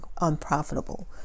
unprofitable